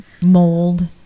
mold